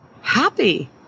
happy